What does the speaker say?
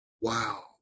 Wow